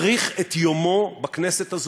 צריך את יומו בכנסת,